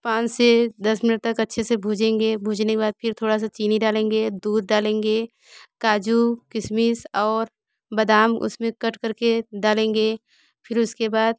पान से दस मिनट तक अच्छे से भूजेंगे भूजने के बाद फिर थोड़ा सा चीनी डालेंगे दूध डालेंगे काजू किशमिश और बादाम उसमें कट करके डालेंगे फिर उसके बाद